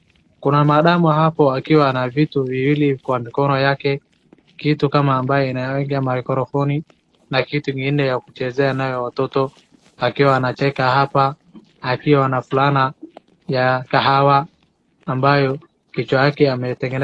Kuna madama akiwa na vitu viwili kwa mikono yake na ako na furaha.